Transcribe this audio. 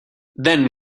then